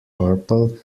purple